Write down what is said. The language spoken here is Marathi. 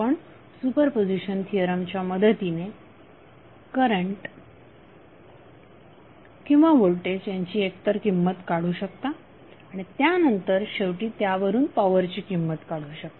आपण सुपरपोझिशन थिअरमच्या मदतीने करंट किंवा व्होल्टेज यांची एक तर किंमत काढू शकता आणि त्यानंतर शेवटी त्यावरून पॉवरची किंमत काढू शकता